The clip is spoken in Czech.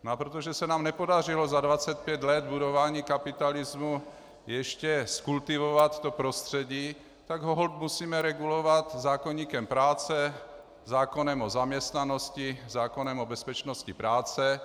A protože se nám nepodařilo za 25 let budování kapitalismu ještě zkultivovat to prostředí, tak ho holt musíme regulovat zákoníkem práce, zákonem o zaměstnanosti, zákonem o bezpečnosti práce.